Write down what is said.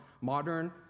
modern